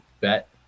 bet